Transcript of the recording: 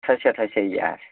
થશે થશે યાર